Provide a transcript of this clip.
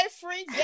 free